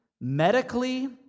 medically